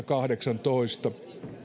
kahdeksantoista